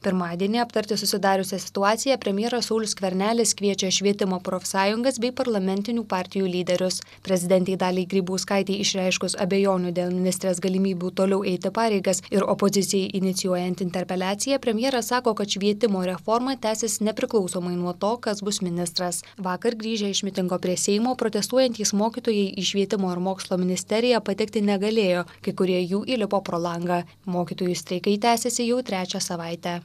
pirmadienį aptarti susidariusią situaciją premjeras saulius skvernelis kviečia švietimo profsąjungas bei parlamentinių partijų lyderius prezidentei daliai grybauskaitei išreiškus abejonių dėl ministrės galimybių toliau eiti pareigas ir opozicijai inicijuojant interpeliaciją premjeras sako kad švietimo reforma tęsis nepriklausomai nuo to kas bus ministras vakar grįžę iš mitingo prie seimo protestuojantys mokytojai į švietimo ir mokslo ministeriją patekti negalėjo kai kurie jų įlipo pro langą mokytojų streikai tęsiasi jau trečią savaitę